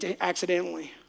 accidentally